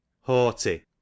Haughty